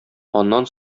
аннан